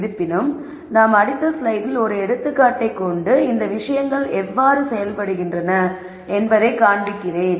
இருப்பினும் நாம் அடுத்த ஸ்லைடில் ஒரு எடுத்துக்காட்டை கொண்டு இந்த விஷயங்கள் எவ்வாறு செயல்படுகின்றன என்பதை காண்பிக்கிறேன்